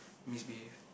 misbehave